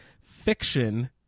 fiction